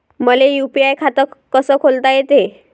मले यू.पी.आय खातं कस खोलता येते?